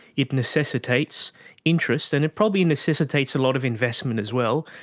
it necessitates interest and it probably necessitates a lot of investment as well,